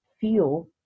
feel